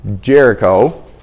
Jericho